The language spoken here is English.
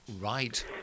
Right